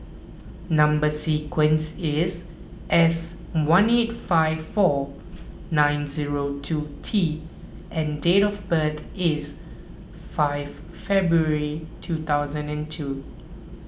Number Sequence is S one eight five four nine zero two T and date of birth is five February two thousand and two